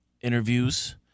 interviews